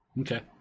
Okay